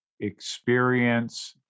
experience